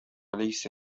ليس